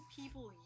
people